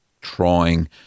trying